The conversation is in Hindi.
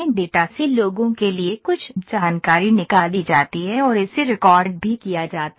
डेटा से लोगों के लिए कुछ जानकारी निकाली जाती है और इसे रिकॉर्ड भी किया जाता है